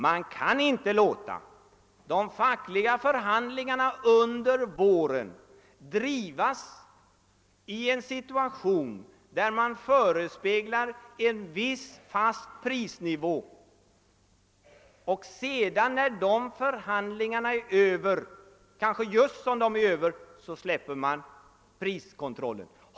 Man kan inte låta de fackliga förhandlingarna under våren försiggå under förespeglande av en viss fast prisnivå och sedan när dessa förhandlingar är slutförda — kanske just som de är över — släppa priskontrollen.